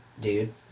dude